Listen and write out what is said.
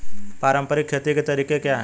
पारंपरिक खेती के तरीके क्या हैं?